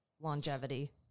longevity